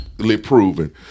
proven